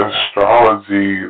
Astrology